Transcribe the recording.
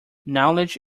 knowledge